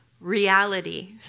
reality